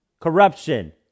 corruption